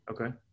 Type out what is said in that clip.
Okay